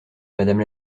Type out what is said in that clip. madame